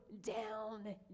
down